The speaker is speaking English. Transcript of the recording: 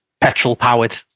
petrol-powered